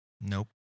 Nope